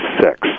six